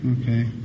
okay